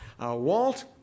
Walt